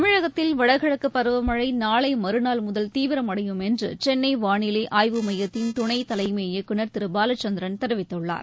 தமிழகத்தில் வடகிழக்குபருவமழைநாளைமறுநாள் தீவிரமடையும் முதல் என்றுசென்னைவாளிலைஆய்வு மையத்தின் துணைதலைமை இயக்குநர் திருபாலச்சந்திரன் தெரிவித்துள்ளார்